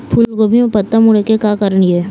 फूलगोभी म पत्ता मुड़े के का कारण ये?